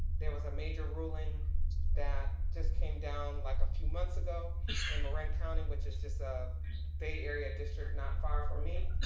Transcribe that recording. there was a major ruling that just came down like a few months ago in marin county which is just a bay area district not far from me,